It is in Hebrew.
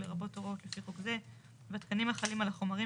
לרבות הוראות לפי חוק זה והתקנים החלים על החומרים